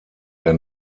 der